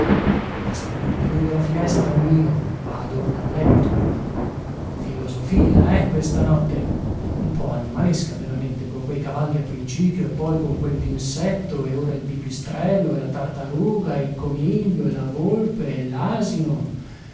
basta chiudo la finestra momino vado a letto l'uomo solo luigi pirandello filosofia eh questa notte un po animalesca veramente con quei cavalli a principio e poi con quell'insetto e ora il pipistrello e la tartaruga e il coniglio e la volpe e